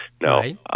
No